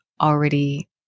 already